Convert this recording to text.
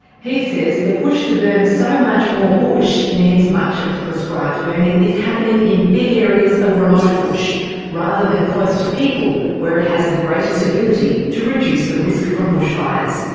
he says the push to burn so much more bush means much of the prescribed burning is happening in big areas of remote bush rather than close to people, where it has the greatest ability to reduce the risk from bushfires.